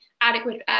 adequate